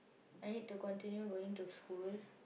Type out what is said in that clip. I need to continue going to school